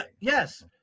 Yes